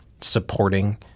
supporting